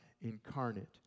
Incarnate